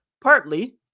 partly